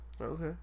Okay